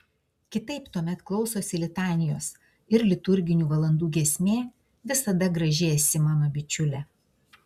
kitaip tuomet klausosi litanijos ir liturginių valandų giesmė visa graži esi mano bičiule